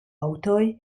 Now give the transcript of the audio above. aŭtoj